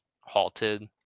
halted